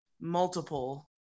multiple